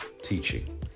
teaching